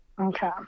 Okay